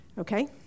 Okay